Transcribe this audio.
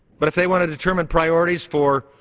but if they want to determine priorities for